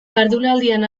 jardunaldian